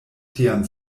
tian